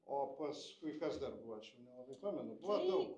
o paskui kas dar buvo aš jau nelabai pamenu buvo daug